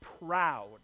proud